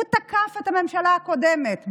הוא תקף את הממשלה הקודמת,